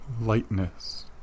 lightness